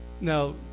Now